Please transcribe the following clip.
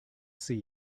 see